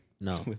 No